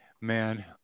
man